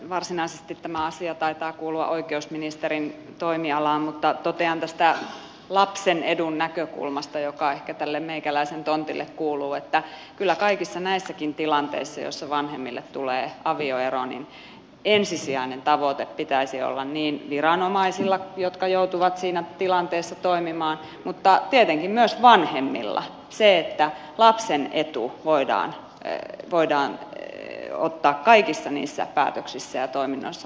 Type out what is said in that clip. varsinaisesti tämä asia taitaa kuulua oikeusministerin toimialaan mutta totean tästä lapsen edun näkökulmasta joka ehkä tälle meikäläisen tontille kuuluu että kyllä kaikissa näissäkin tilanteissa joissa vanhemmille tulee avioero ensisijaisen tavoitteen pitäisi olla niin viranomaisilla jotka joutuvat siinä tilanteessa toimimaan kuin tietenkin myös vanhemmilla se että lapsen etu voidaan ottaa kaikissa niissä päätöksissä ja toiminnoissa huomioon